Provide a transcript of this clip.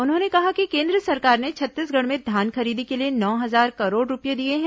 उन्होंने कहा कि केन्द्र सरकार ने छत्तीसगढ़ में धान खरीदी के लिए नौ हजार करोड़ रूपये दिए हैं